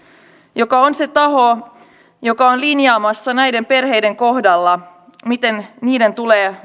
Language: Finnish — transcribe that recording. joka on se taho joka on linjaamassa näiden perheiden kohdalla miten niiden tulee